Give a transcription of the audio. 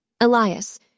Elias